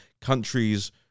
countries